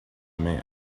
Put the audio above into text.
man